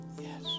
Yes